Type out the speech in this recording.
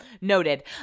Noted